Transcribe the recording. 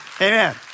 Amen